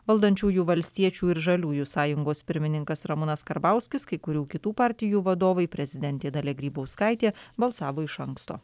valdančiųjų valstiečių ir žaliųjų sąjungos pirmininkas ramūnas karbauskis kai kurių kitų partijų vadovai prezidentė dalia grybauskaitė balsavo iš anksto